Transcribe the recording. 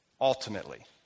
ultimately